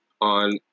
on